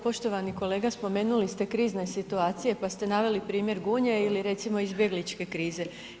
Poštovani kolega spomenuli ste krizne situacije pa ste naveli primjer Gunje ili recimo izbjegličke krize.